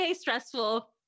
stressful